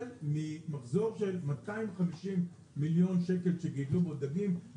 אבל ממחזור של 250 מיליון שקל של גידול דגים,